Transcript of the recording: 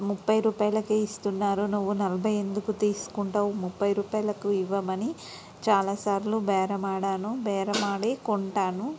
ముప్పై రూపాయలకే ఇస్తున్నారు నువ్వు నలభై ఎందుకు తీసుకుంటావు ముప్పై రూపాయలకు ఇవ్వమని చాలా సార్లు బేరమాడాను బేరమాడి కొంటాను